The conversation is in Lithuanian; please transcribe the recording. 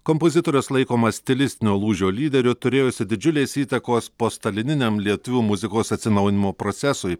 kompozitorius laikomas stilistinio lūžio lyderiu turėjusiu didžiulės įtakos postalininiam lietuvių muzikos atsinaujinimo procesui